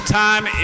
time